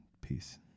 peace